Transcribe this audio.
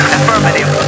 Affirmative